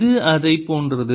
இது அதை போன்றது